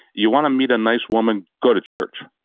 you want to meet a nice woman? go to church.